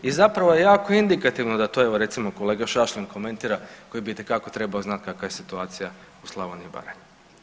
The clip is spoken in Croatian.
I zapravo je jako indikativno da to evo recimo kolega Šašlin komentira koji bi itekako trebao znati kakav je situacija u Slavoniji i Baranji.